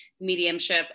mediumship